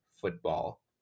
football